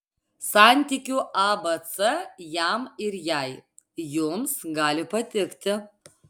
santykių abc jam ir jai jums gali patikti